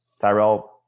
Tyrell